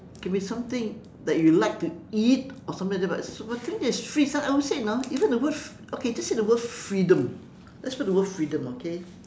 can be something that you like to eat or something like that but one thing that is free this one I would say you know even the word okay just say the word freedom just say the word freedom okay